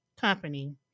Company